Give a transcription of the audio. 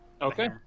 Okay